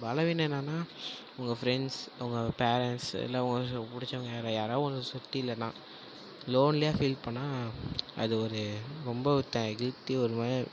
பலவீனம் என்னன்னா உங்கள் ஃப்ரண்ட்ஸ் உங்கள் பேரன்ட்ஸ் இல்லை உங்கள் பிடிச்சவங்க வேறே யாராவது உங்களை சுற்றி இல்லைனா லோன்லியாக ஃபீல் பண்ணால் அது ஒரு ரொம்ப கில்ட்டி ஒரு மா